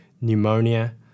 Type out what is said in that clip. pneumonia